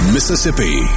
Mississippi